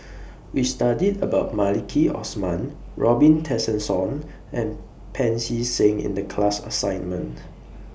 We studied about Maliki Osman Robin Tessensohn and Pancy Seng in The class assignment